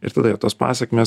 ir tada ir tos pasekmės